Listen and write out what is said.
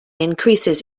increases